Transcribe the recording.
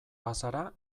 bazara